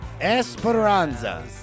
Esperanza